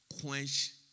quench